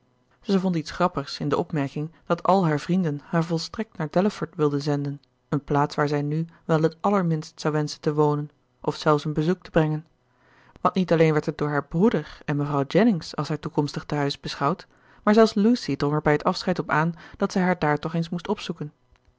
zij vond iets grappigs in de opmerking dat al haar vrienden haar volstrekt naar delaford wilden zenden een plaats waar zij nu wel het allerminst zou wenschen te wonen of zelfs een bezoek te brengen want niet alleen werd het door haar broeder en mevrouw jennings als haar toekomstig tehuis beschouwd maar zelfs lucy drong er bij het afscheid op aan dat zij haar daar toch eens moest opzoeken